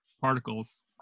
particles